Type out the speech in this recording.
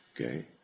Okay